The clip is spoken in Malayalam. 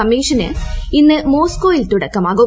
കമ്മീഷന് ഇന്ന് മോസ്കോയിൽ തുടക്കമാകും